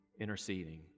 interceding